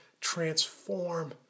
transform